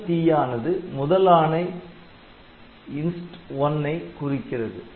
முதல் 'T' ஆனது முதல் ஆணை Inst 1 ஐ குறிக்கிறது